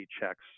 checks